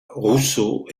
rousseau